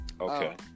Okay